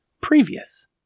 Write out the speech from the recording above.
previous